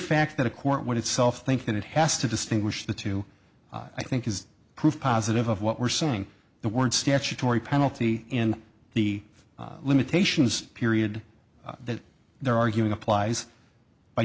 fact that a court would itself think that it has to distinguish the two i think is proof positive of what we're seeing the word statutory penalty in the limitations period that they're arguing applies by